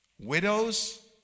widows